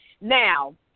Now